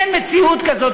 אין מציאות כזאת,